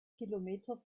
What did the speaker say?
kilometer